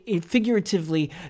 figuratively